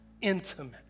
intimate